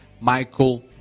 Michael